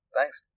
Thanks